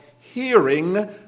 hearing